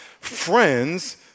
friends